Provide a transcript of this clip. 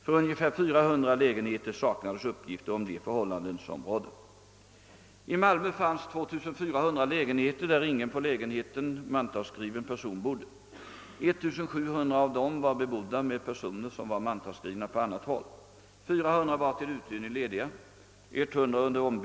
För ungefär 400 lägenheter saknades uppgifter om de förhållanden som rådde.